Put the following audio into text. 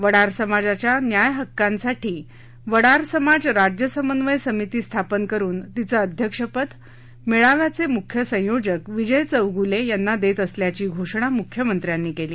वडार समाजाच्या न्याय हक्कासाठी वडार समाज राज्य समन्वय समिती स्थापना करून तिचं अध्यक्षपद मेळाव्याचे मुख्य संयोजक विजय चौगूले यांना देत असल्याची घोषणा मुख्यमंत्र्यांनी यावेळी केली